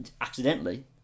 accidentally